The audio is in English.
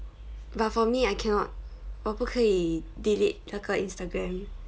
but for me I cannot 我不可以 delete 那个 instagram